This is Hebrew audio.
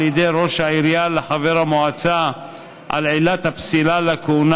ידי ראש העירייה לחבר המועצה על עילת הפסילה לכהונה